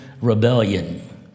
rebellion